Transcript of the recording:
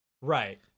right